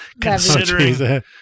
considering